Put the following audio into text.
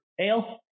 ale